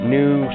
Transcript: new